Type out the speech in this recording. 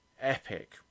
epic